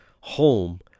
home